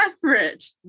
separate